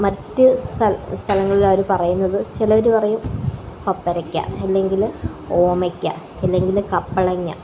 മറ്റ് സ്ഥലങ്ങളിലവര് പറയുന്നത് ചിലരു പറയും പപ്പരക്ക അല്ലെങ്കില് ഓമയ്ക്ക അല്ലെങ്കില് കപ്പളങ്ങ